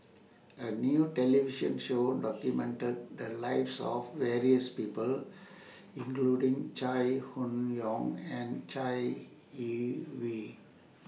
A New television Show documented The Lives of various People including Chai Hon Yoong and Chai Yee Wei